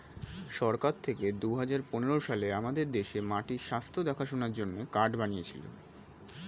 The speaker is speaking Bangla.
সরকার থেকে দুহাজার পনেরো সালে আমাদের দেশে মাটির স্বাস্থ্য দেখাশোনার জন্যে কার্ড বানিয়েছিলো